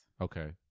okay